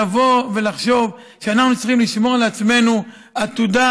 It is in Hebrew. לבוא ולחשוב שאנחנו צריכים לשמור לעצמנו עתודה